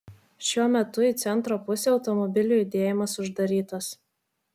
šiuo metu į centro pusę automobilių judėjimas uždarytas